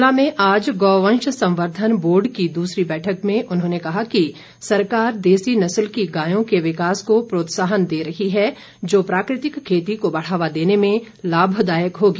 शिमला में आज गौवंश संवर्द्वन बोर्ड की दूसरी बैठक में उन्होंने कहा कि सरकार देसी नस्ल की गायों के विकास को प्रोत्साहन दें रही है जो प्राकृतिक खेती को बढ़ावा देने में लाभदायक होगी